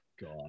God